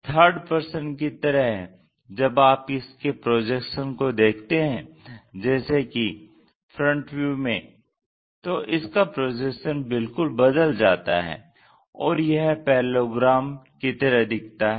third person की तरह जब आप इसके प्रोजेक्शन को देखते हैं जैसे कि FV में तो इसका प्रोजेक्शन बिलकुल बदल जाता है और यह परलेलोग्राम की तरह दिखता है